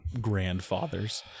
grandfathers